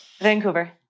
Vancouver